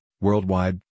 worldwide